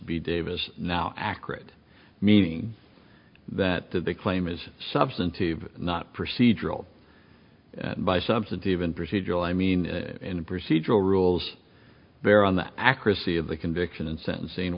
be davis now accurate meaning that that the claim is substantive not procedural by substantive and procedural i mean in procedural rules there on the accuracy of the conviction and sentencing